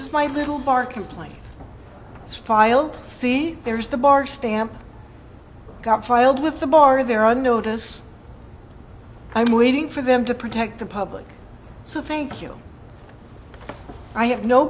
is my little bar complaint is filed fee there's the bar stamp filed with the bar there are notice i'm waiting for them to protect the public so thank you i have no